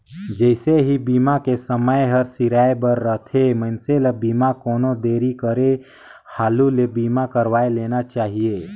जइसे ही बीमा के समय हर सिराए बर रथे, मइनसे ल बीमा कोनो देरी करे हालू ले बीमा करवाये लेना चाहिए